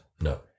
No